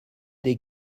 des